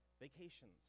vacations